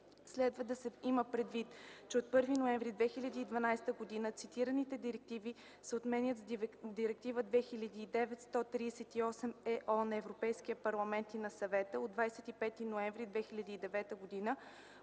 Следва да се има предвид, че от 1 ноември 2012 г. цитираните директиви се отменят с Директива 2009/138/ЕО на Европейския парламент и на Съвета от 25 ноември 2009 г.